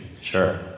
Sure